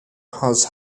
has